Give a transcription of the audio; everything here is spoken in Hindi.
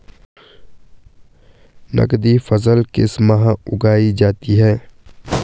नकदी फसल किस माह उगाई जाती है?